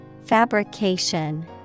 Fabrication